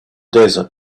desert